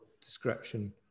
description